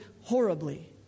horribly